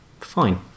fine